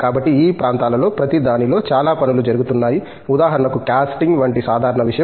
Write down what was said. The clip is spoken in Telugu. కాబట్టి ఈ ప్రాంతాలలో ప్రతిదానిలో చాలా పనులు జరుగుతున్నాయి ఉదాహరణకు కాస్టింగ్ వంటి సాధారణ విషయం